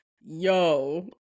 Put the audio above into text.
Yo